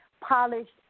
polished